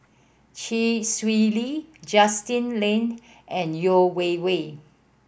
Chee Swee Lee Justin Lean and Yeo Wei Wei